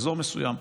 מאזור מסוים,